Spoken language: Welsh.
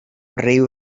ryw